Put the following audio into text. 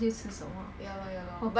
!hannor! 我想去唱 K leh